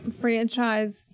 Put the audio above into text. franchise